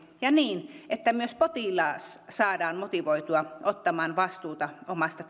ja niin että myös potilas saadaan motivoitua ottamaan vastuuta omasta